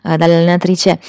dall'allenatrice